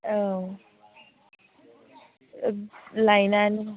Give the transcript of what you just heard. औ लायनानै